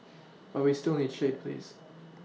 but we still need shade please